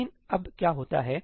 लेकिन अब क्या होता है